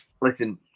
listen